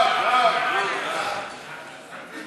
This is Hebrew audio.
ההצעה להחזיר